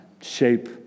shape